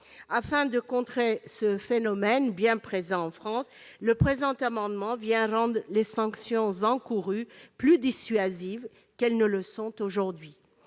Afin de contrer ce phénomène bien réel en France, cet amendement vise à rendre les sanctions encourues plus dissuasives qu'elles ne le sont aujourd'hui.